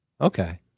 okay